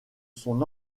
son